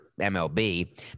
MLB